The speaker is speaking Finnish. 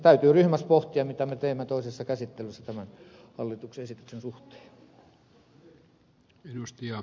täytyy ryhmässä pohtia mitä me teemme toisessa käsittelyssä tämän hallituksen esityksen suhteen